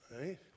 right